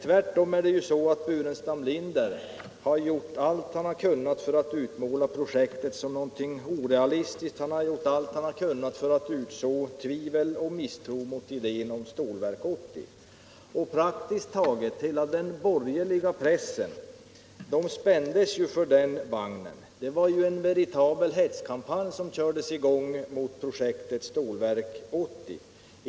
Tvärtom har herr Burenstam Linder gjort allt vad han kunnat för att utmåla projektet som någonting orealistiskt, och han har gjort allt för att utså tvivel och misstro mot idén om stålverket. Och praktiskt taget hela den borgerliga pressen har spänts för den vagnen. Det var en veritabel hetskampanj som kördes i gång mot projektet Stålverk 80.